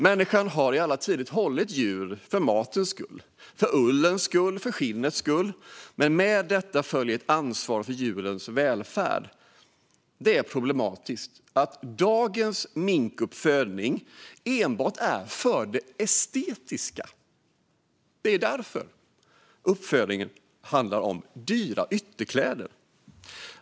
Människan har i alla tider hållit djur - för matens skull, för ullens skull, för skinnets skull - men med detta följer ett ansvar för djurens välfärd. Det är problematiskt att dagens minkuppfödning enbart handlar om det estetiska. Uppfödningen handlar om dyra ytterkläder.